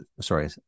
sorry